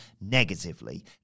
negatively